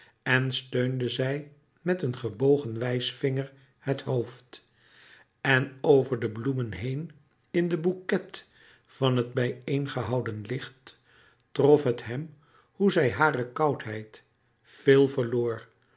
en steunde zij met een gebogen wijsvinger het hoofd en over de bloemen heen in den bouquet van het bijeengehouden licht trof het hem hoe zij hare koudheid veel verloor